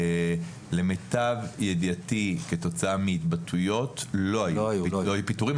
למיטב ידיעתי כתוצאה מהתבטאויות לא היו פיטורים.